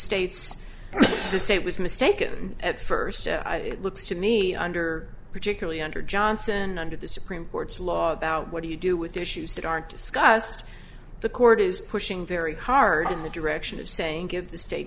states the state was mistaken at first it looks to me under particularly under johnson under the supreme court's law about what do you do with issues that aren't discussed the court is pushing very hard in the direction of saying give the state